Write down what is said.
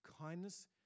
Kindness